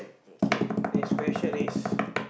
okay next question is